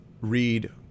read